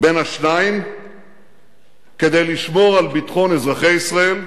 בין השניים כדי לשמור על ביטחון אזרחי ישראל,